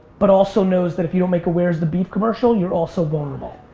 but also knows that if you don't make a where's the beef? commercial you're also vulnerable.